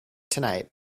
tonight